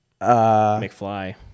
McFly